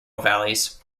valleys